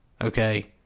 okay